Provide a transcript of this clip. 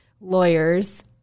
lawyers